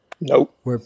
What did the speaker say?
Nope